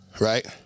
right